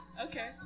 Okay